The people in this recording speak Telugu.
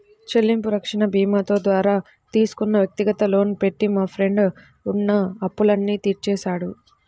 చెల్లింపు రక్షణ భీమాతో ద్వారా తీసుకున్న వ్యక్తిగత లోను పెట్టి మా ఫ్రెండు ఉన్న అప్పులన్నీ తీర్చాడు